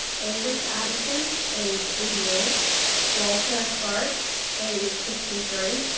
avis addison age eighty eight walter clark age sixty three,